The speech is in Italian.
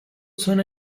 sono